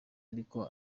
ariko